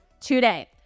today